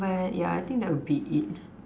but yeah I think that would be it